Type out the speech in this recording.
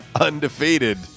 undefeated